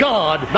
God